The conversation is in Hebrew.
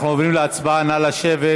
אנחנו עוברים להצבעה, נא לשבת.